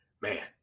man